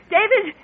David